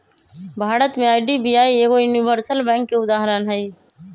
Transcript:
भारत में आई.डी.बी.आई एगो universal bank के उदाहरण हइ